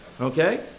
Okay